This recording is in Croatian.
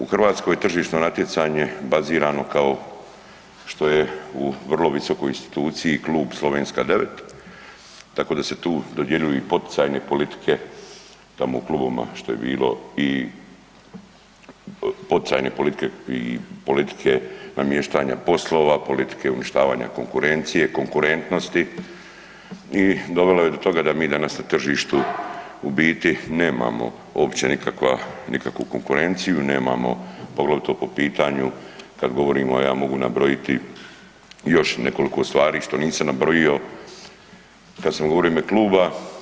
U Hrvatskoj je tržišno natjecanje bazirano kao što je u vrlo visokoj instituciji klub Slovenska 9, tako da se tu dodjeljuju i poticajne politike tamo u klubovima šta je bilo i poticajne politike i politike namještanja poslova, politike uništavanja konkurencije, konkurentnosti i dovelo je do toga da mi danas na tržištu u biti nemamo uopće nikakvu konkurenciju, nemamo poglavito po pitanju kad govorimo, a ja mogu nabrojiti još nekolko stvari što nisam nabrojio kad sam govorio u ime kluba.